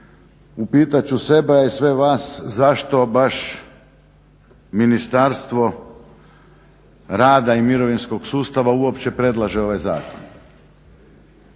upitat ću sebe a i sve vas zašto baš Ministarstvo rada i mirovinskog sustava uopće predlaže ovaj zakon.